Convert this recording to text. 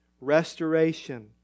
Restoration